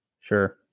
sure